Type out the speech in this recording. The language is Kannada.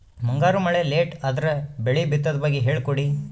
ಮುಂಗಾರು ಮಳೆ ಲೇಟ್ ಅದರ ಬೆಳೆ ಬಿತದು ಬಗ್ಗೆ ಹೇಳಿ ಕೊಡಿ?